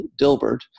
Dilbert